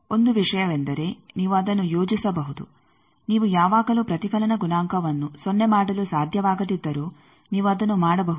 ಈಗ 1 ವಿಷಯವೆಂದರೆ ನೀವು ಅದನ್ನು ಯೋಜಿಸಬಹುದು ನೀವು ಯಾವಾಗಲೂ ಪ್ರತಿಫಲನ ಗುಣಾಂಕವನ್ನು ಸೊನ್ನೆ ಮಾಡಲು ಸಾಧ್ಯವಾಗದಿದ್ದರೂ ನೀವು ಅದನ್ನು ಮಾಡಬಹುದು